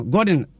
Gordon